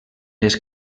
les